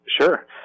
Sure